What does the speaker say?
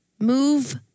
Move